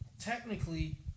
technically